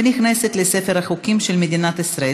ונכנסת לספר החוקים של מדינת ישראל.